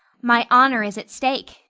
my honor is at stake,